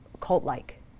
cult-like